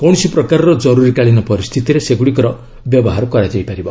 କୌଣସି ପ୍ରକାରର କରୁରୀକାଳୀନ ପରିସ୍ଥିତିରେ ସେଗୁଡ଼ିକର ବ୍ୟବହାର କରାଯାଇ ପାରିବ